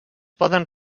poden